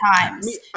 times